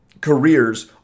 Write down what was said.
careers